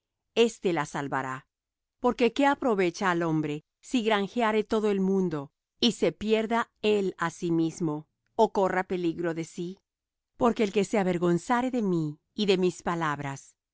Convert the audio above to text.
éste la salvará porque qué aprovecha al hombre si granjeare todo el mundo y sé pierda él á sí mismo ó corra peligro de sí porque el que se avergonzare de mí y de mis palabras